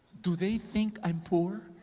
do they think i'm poor?